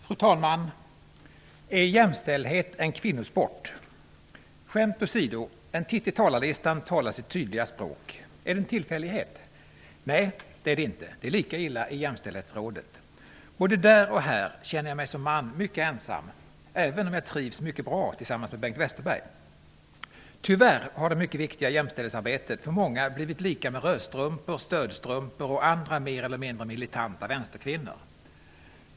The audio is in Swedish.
Fru talman! Är jämställdhet en kvinnosport? Skämt åsido. En titt i talarlistan talar sitt tydliga språk. Är det en tillfällighet? Nej, det är lika illa i Jämställdhetsrådet. Både där och här känner jag mig som man mycket ensam, även om jag trivs mycket bra tillsammans med Bengt Westerberg. Tyvärr har jämställdhetsarbetet för många blivit lika med rödstrumpor, stödstrumpor och andra mer eller mindre militanta vänsterkvinnor.